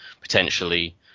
potentially